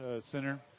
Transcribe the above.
center